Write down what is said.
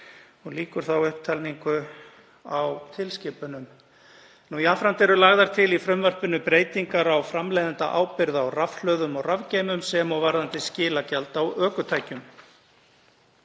Lýkur þá upptalningu á tilskipunum. Jafnframt eru lagðar til í frumvarpinu breytingar á framleiðendaábyrgð á rafhlöðum og rafgeymum sem og varðandi skilagjald á ökutækjum.